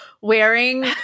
wearing